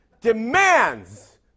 Demands